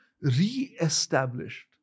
re-established